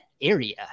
area